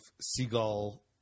seagull